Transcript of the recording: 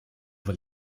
weil